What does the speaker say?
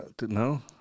No